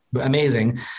amazing